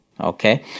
okay